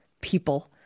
people